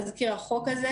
תזכיר החוק הזה,